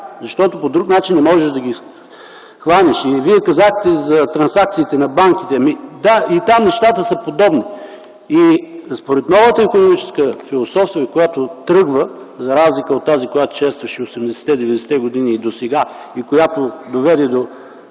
защото по друг начин не можеш да ги хванеш. Вие споменахте за транзакциите на банките, да, и там нещата са подобни. Според новата икономическа философия, която тръгва, за разлика от тази, която шестваше през 80-те, 90-те години и досега, която доведе до